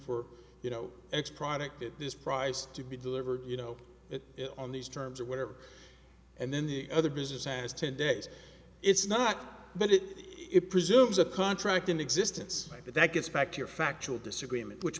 for you know x product at this price to be delivered you know it on these terms or whatever and then the other business has ten days it's not but it it presumes a contract in existence that gets back to your factual disagreement which